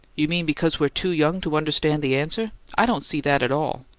you mean because we're too young to understand the answer? i don't see that at all.